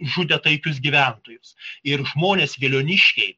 žudė taikius gyventojus ir žmonės veliuoniškiai